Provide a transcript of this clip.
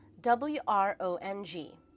w-r-o-n-g